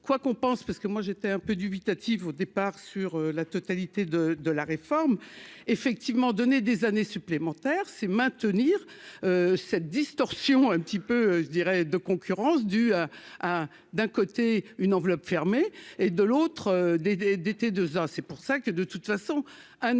quoi qu'on pense, parce que moi j'étais un peu dubitatif au départ sur la totalité de de la réforme effectivement donner des années supplémentaires, c'est maintenir cette distorsion un petit peu, je dirais de concurrence du ah, d'un côté une enveloppe fermée et de l'autre des des d'été 2 ans c'est pour ça que de toute façon un